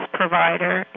provider